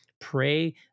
pray